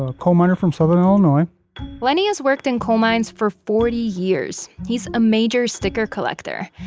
ah coal miner from southern illinois lenny has worked in coal mines for forty years. he's a major sticker collector.